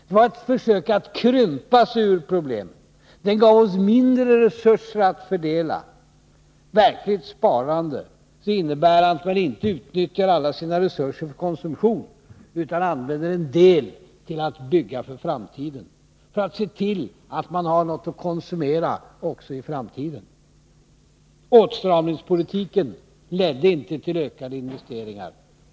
Den var ett försök att krympa sig ur problemen. Den gav oss mindre resurser att fördela. Verkligt sparande innebär att man inte utnyttjar alla sina resurser för konsumtion utan använder en del till att bygga för framtiden, för att se till att man har något att konsumera också för framtiden. Åtstramningspolitiken ledde inte till ökade investeringar.